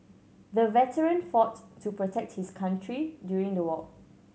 the veteran fought to protect his country during the war